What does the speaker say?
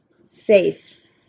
Safe